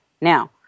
Now